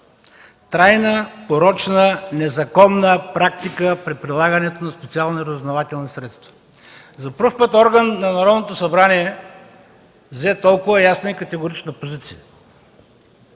трайна, порочна, незаконна практика при прилагането на специални разузнавателни средства. За първи път орган на Народното събрание зае толкова ясна и категорична позиция